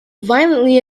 violently